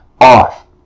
off